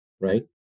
right